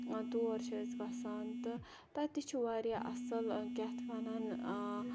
تور چھِ أسۍ وَسان تہٕ تَتہِ چھُ واریاہ اَصل کیاہ اَتھ وَنان